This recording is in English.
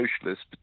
socialists